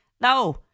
No